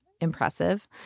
Impressive